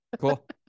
cool